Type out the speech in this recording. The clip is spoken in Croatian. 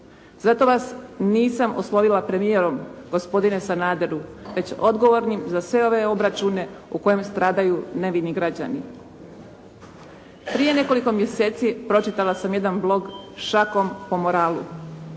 Zato vas nisam oslovila premijerom, gospodine Sanaderu, već odgovornim za sve ove obračune u kojima stradaju nevini građani. Prije nekoliko mjeseci pročitala sam jedan blog "Šakom po moralu".